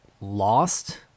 lost